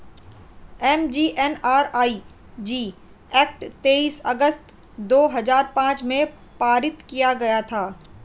MGNREG act तेईस अगस्त दो हजार पांच में पारित किया गया था